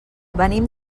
venim